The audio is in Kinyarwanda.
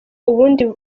ubundi